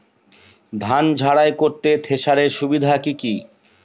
ধান ঝারাই করতে থেসারের সুবিধা কি কি?